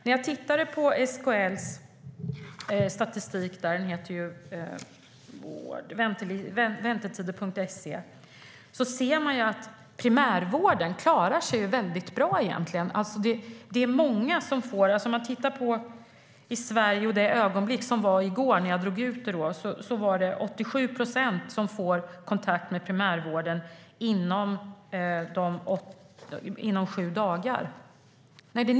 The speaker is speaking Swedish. När vi tittar på SKL:s statistik, www.vantetider.se, ser vi att primärvården klarar sig väldigt bra. Om vi tittar på Sverige, i det ögonblick i går när jag drog ut detta, ser vi att det var 90 procent som fick kontakt med primärvården inom sju dagar.